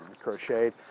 crocheted